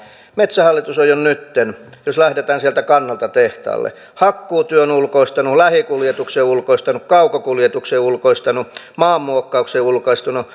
metsähallitus on jo nytten jos lähdetään sieltä kannolta tehtaalle hakkuutyön ulkoistanut lähikuljetuksen ulkoistanut kaukokuljetuksen ulkoistanut maanmuokkauksen ulkoistanut